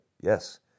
Yes